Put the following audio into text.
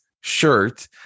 shirt